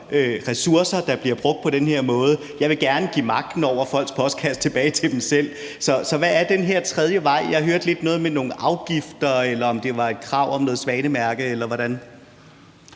ressourcer, der bliver brugt på den her måde; jeg vil gerne give magten over folks postkasser tilbage til dem selv. Så hvad er den her tredje vej? Jeg hørte lidt noget med nogle afgifter eller noget om et krav om Svanemærket – eller hvordan